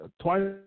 twice